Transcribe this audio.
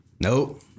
Nope